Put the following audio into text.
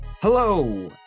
hello